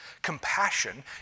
Compassion